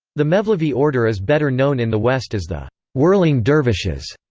the mevlevi order is better known in the west as the whirling dervishes.